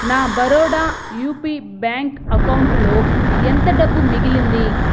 నా Baroda UP bank అకౌంటులో ఎంత డబ్బు మిగిలింది